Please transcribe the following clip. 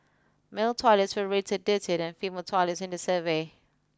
male toilets were rated dirtier than female toilets in the survey